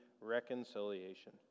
reconciliation